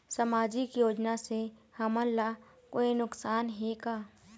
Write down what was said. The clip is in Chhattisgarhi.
सामाजिक योजना से हमन ला कोई नुकसान हे का?